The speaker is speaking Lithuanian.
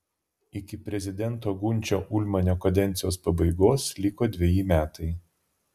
iki prezidento gunčio ulmanio kadencijos pabaigos liko dveji metai